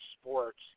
sports